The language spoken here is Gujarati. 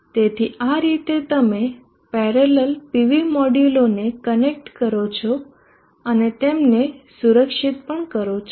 તેથી આ રીતે તમે પેરેલલ PV મોડ્યુલોને કનેક્ટ કરો છો અને તેમને સુરક્ષિત પણ કરો છો